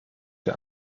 der